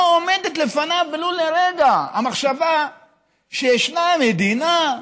לא עומדת לפניו ולו לרגע המחשבה שישנה מדינה,